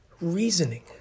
reasoning